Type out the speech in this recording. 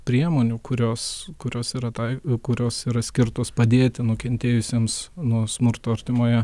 priemonių kurios kurios yra tai kurios yra skirtos padėti nukentėjusiems nuo smurto artimoje